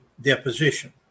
deposition